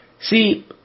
See